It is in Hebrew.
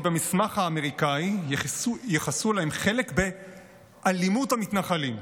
כי במסמך האמריקאי ייחסו להם חלק ב"אלימות המתנחלים".